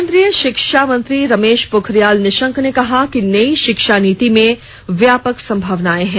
केंद्रीय शिक्षा मंत्री रमेश पोखरियाल निशंक ने कहा कि नई शिक्षा नीति में व्यापक संभावनाएं हैं